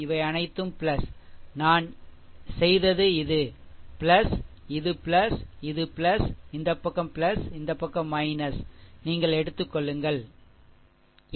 இவை அனைத்தும் நான் செய்தது இது இது இது இந்த பக்கம் இந்த பக்கம் நீங்கள் எடுத்துக் கொள்ளுங்கள் சரி